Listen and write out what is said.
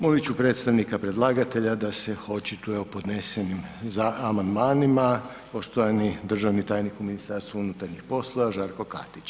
Molit ću predstavnika predlagatelja da se očituje o podnesenim amandmanima, poštovani državni tajnik u MUP-u Žarko Katić.